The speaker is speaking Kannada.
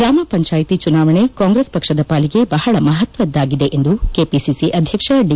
ಗ್ರಾಮ ಪಂಚಾಯಿತಿ ಚುನಾವಣೆ ಕಾಂಗ್ರೆಸ್ ಪಕ್ಷದ ಪಾಲಿಗೆ ಬಹಳ ಮಹತ್ವದ್ದಾಗಿದೆ ಎಂದು ಕೆಪಿಸಿಸಿ ಅಧ್ಯಕ್ಷ ದಿ